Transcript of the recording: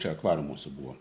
čia akvariumuose buvo